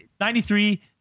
93